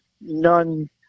none